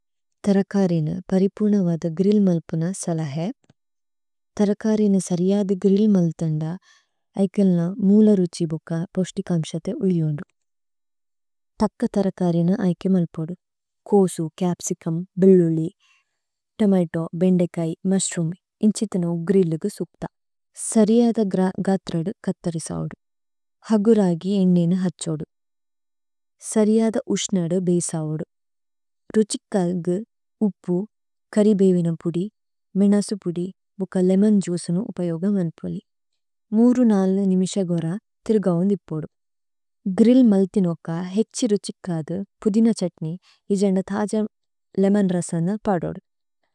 ഥരകരീനു പരിപൂനവദു ഗ്രില്ല് മല്പുന സലഹേപ്। ഥരകരീനു സരിയദു ഗ്രില്ല് മല്ഥന്ദ, ഐഗല്ന മൂല രുഛി ബുക പോശ്തി കമ്ശതേ ഉല്യോന്ദു। തക്ക ഥരകരീനു ഐകേ മല്പോദു। കോസു, ചപ്സിചുമ്, ബേല്ല് ഉലി, തോമതോ, ബേന്ദേകൈ, മുശ്രൂമ്, ഇന്ഛിഥിനു ഗ്രില്ലുഗു സുക്ത। സരിയദു ഗ്രാ ഗഥ്രദു കഥരിസവുദു। ഹഗുരഗി ഏന്നേനു ഹഛോദു। സരിയദു ഉശ്നദു ബേസവുദു। രുഛിക്കല്ഗു, ഉപ്പു, കരിബേവിനു പുദി, മിനസു പുദി, ബുക ലേമോന് ജുസുനു ഉപയോഗമന്ത്വോലി। മൂന്ന്-നാല് നിമിസഗോര ഥിരുഗവന്ദിപോദു। ഗ്രില്ല് മല്ഥിനുക ഹേഛി രുഛിക്കദു പുദിന ഛുത്നേയ്, ഇജന്ദ ഥജ ലേമോന് രസന പദോദു।